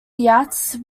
yachts